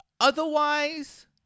otherwise